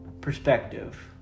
perspective